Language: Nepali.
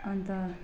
अन्त